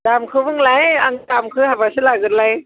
दामखौ बुंलाय आं दामखौ हाबासो लागोनलाय